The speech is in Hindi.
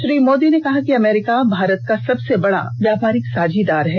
श्री मोदी ने कहा कि अमेरिका भारत का सबसे बड़ा व्यापारिक साझीदार है